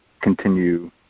continue